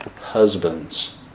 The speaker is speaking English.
husbands